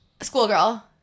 Schoolgirl